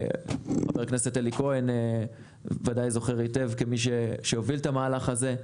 וחבר הכנסת אלי כהן ודאי זוכר היטב כמי שהוביל את המהלך הזה .